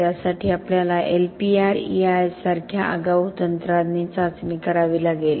त्यासाठी आपल्याला LPR EIS सारख्या आगाऊ तंत्राने चाचणी करावी लागेल